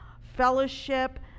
fellowship